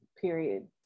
period